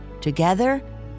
Together